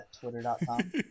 twitter.com